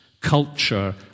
culture